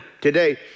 today